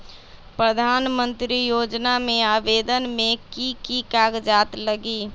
प्रधानमंत्री योजना में आवेदन मे की की कागज़ात लगी?